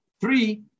Three